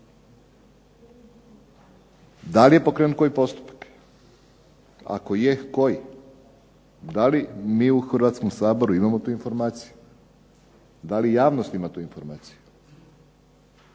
Da li je pokrenut koji postupak, ako je, koji? Da li mi u Hrvatskom saboru imamo tu informaciju, da li javnost ima tu informaciju?